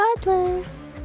Godless